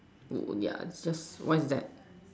oh ya just what's that